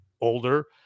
older